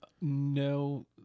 No